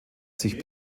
sich